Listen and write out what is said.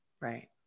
right